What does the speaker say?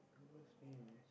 girl's name is